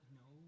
no